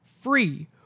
free